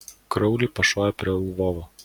kraulį pašovė prie lvovo